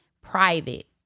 private